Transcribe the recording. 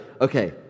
okay